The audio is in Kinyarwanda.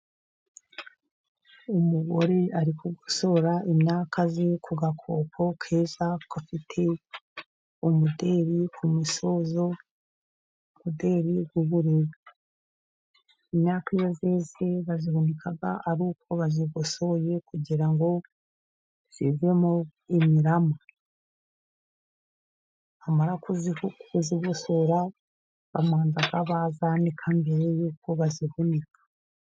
Umugore ari kugosora imyaka ye ku gakoko keza gafite umuderi ku musozo, umuderi w'ubururu. Imyaka iyo yeze bayihunika, ari uko bayigosoye kugira ivemo imirama. Bamara kuyigosora babanza bayanika mbere y’uko bayihunika.